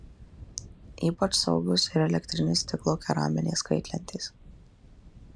ypač saugios ir elektrinės stiklo keraminės kaitlentės